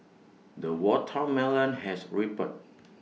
the watermelon has ripened